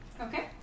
Okay